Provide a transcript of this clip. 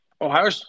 Ohio